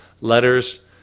letters